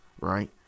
right